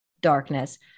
darkness